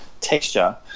texture